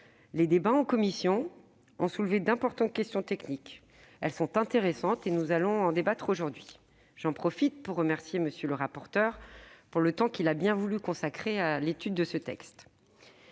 Les débats en commission ont soulevé d'importantes questions techniques. Elles sont intéressantes et nous allons pouvoir en débattre aujourd'hui. J'en profite pour remercier M. le rapporteur pour le temps qu'il a bien voulu consacrer à l'étude de ce texte.